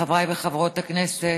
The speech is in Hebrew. חברי וחברות הכנסת,